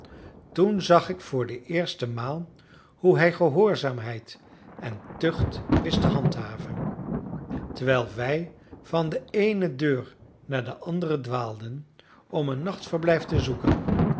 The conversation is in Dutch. toen zag ik voor de eerste maal hoe hij gehoorzaamheid en tucht wist te handhaven terwijl wij van de eene deur naar de andere dwaalden om een nachtverblijf te zoeken